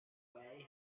way